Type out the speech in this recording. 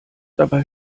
dabei